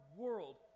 world